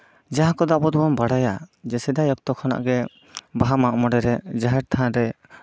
ᱡᱟᱦᱟᱸ ᱠᱚᱫᱚ ᱟᱵᱚ ᱫᱚᱵᱚᱱ ᱵᱟᱲᱟᱭᱟ ᱥᱮᱫᱟᱭ ᱚᱠᱛᱚ ᱠᱷᱚᱱᱟᱜ ᱜᱮ ᱵᱟᱦᱟ ᱢᱟᱜ ᱢᱚᱬᱮᱨᱮ ᱡᱟᱦᱮᱨ ᱛᱷᱟᱱᱨᱮ